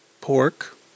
Pork